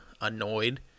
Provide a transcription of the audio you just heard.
annoyed